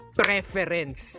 preference